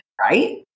right